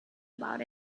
about